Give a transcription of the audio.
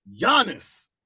Giannis